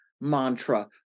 mantra